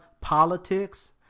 politics